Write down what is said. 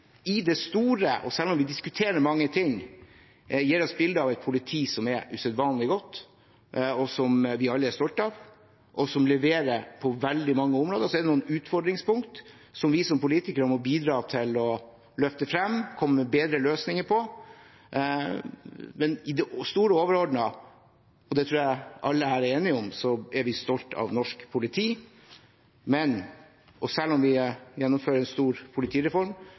det store, selv om vi diskuterer mange ting, gir oss bildet av et politi som er usedvanlig godt, som vi alle er stolt av, og som leverer på veldig mange områder. Så er det noen utfordringspunkter som vi som politikere må bidra til å løfte frem og komme med bedre løsninger på. Men i det store og overordnede – og det tror jeg alle her er enige om – er vi stolt av norsk politi. Og selv om vi gjennomfører en stor politireform,